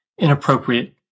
Inappropriate